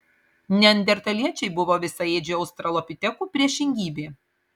neandertaliečiai buvo visaėdžių australopitekų priešingybė